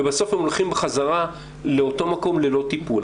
ובסוף הם הולכים חזרה לאותו מקום ללא טיפול.